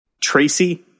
Tracy